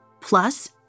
Plus